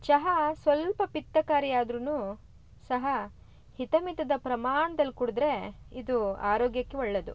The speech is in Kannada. ಚಹಾ ಸ್ವಲ್ಪ ಪಿತ್ತಕಾರಿ ಆದ್ರೂ ಸಹ ಹಿತ ಮಿತದ ಪ್ರಮಾಣ್ದಲ್ಲಿ ಕುಡಿದ್ರೆ ಇದು ಆರೋಗ್ಯಕ್ಕೆ ಒಳ್ಳೆಯದು